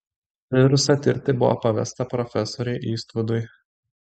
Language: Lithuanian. virusą tirti buvo pavesta profesoriui istvudui